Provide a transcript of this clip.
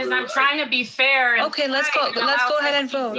and i'm trying to be fair. okay, let's go let's go ahead and vote.